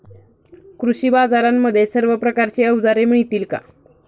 कृषी बाजारांमध्ये सर्व प्रकारची अवजारे मिळतील का?